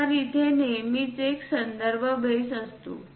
तर तिथे नेहमीच एक संदर्भ बेस असतो